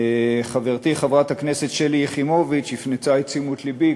חברתי חברת הכנסת שלי יחימוביץ הפנתה את תשומת לבי,